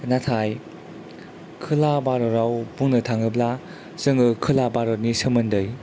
नाथाय खोला भरातवा बुंनो थाङोब्ला जोङो खोला भारतनि सोमोन्दै